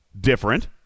different